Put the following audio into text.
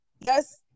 yes